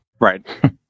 Right